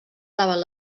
davant